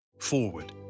Forward